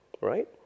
right